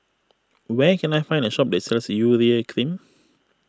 where can I find a shop is sells Urea Cream